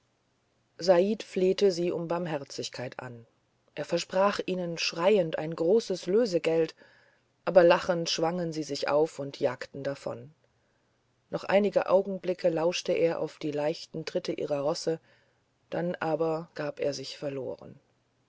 said flehte sie um barmherzigkeit an er versprach ihnen schreiend ein großes lösegeld aber lachend schwangen sie sich auf und jagten davon noch einige augenblicke lauschte er auf die leichten tritte ihrer rosse dann aber gab er sich verloren